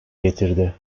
getirdi